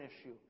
issue